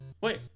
Wait